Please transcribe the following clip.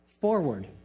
forward